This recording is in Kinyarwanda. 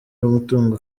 w’umutungo